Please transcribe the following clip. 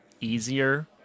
easier